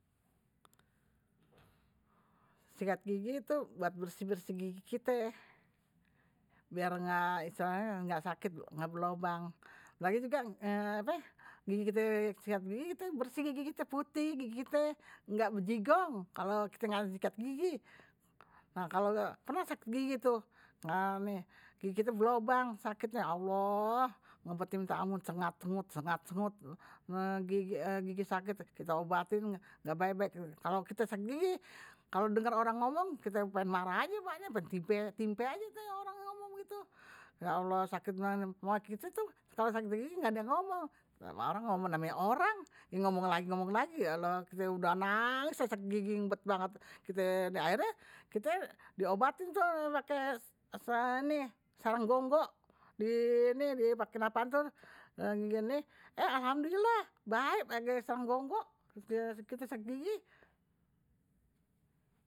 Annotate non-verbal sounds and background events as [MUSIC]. Sikat gigi tuh buat bersih bersih gigi kite biar ga [HESITATION] istilahnye biar ga sakit berlubang [HESITATION] gigi kite sikat gigi, gigi kite pbersih putih gigi kite ga bejigong kalo kite ga sikat gigi nah pernah sakit gigi tu, [HESITATION] gigi kite belobang sakitnye ya allah ngebetnye minta ampun sengat senut senat senut [HESITATION] gigi sakit, kita obatin ga baek baek, kalo kite sakit gigi kalo denger orang ngomong, kite mau marah aje bawaannye pengen timpe aje kalo orang ngomong gitu ya allah sakit banget, maunye kite tuh kalo sakit gigi engga ada yang ngomong, ya namanye orang die ngomong lagi ngomong lagi, kalo kite udah nangis aje sakit gigi ngebet banget, akhirnye kite diobatin tuh [HESITATION] pake sarang gonggo di [HESITATION] dipakein apaan tuh [HESITATION] alhanmdulillah baek tuh diobatin sarang gonggo kite sakit gigi.